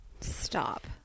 stop